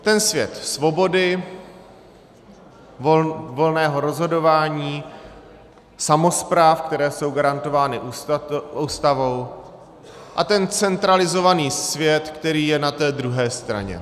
Ten svět svobody, volného rozhodování samospráv, které jsou garantovány Ústavou, a ten centralizovaný svět, který je na té druhé straně.